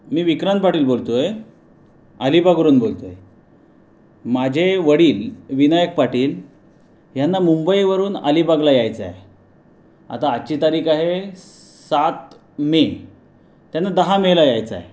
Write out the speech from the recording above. मी विक्रांत पाटील बोलत आहे अलिबागवरून बोलत आहे माझे वडील विनायक पाटील ह्यांना मुंबईवरून अलिबागला यायचं आहे आता आजची तारीख आहे सस्स् सात मे त्यांना दहा मेला यायचं आहे